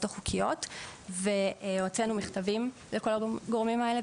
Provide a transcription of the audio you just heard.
החוקיות והוצאנו מכתבים לכל הגורמים האלה.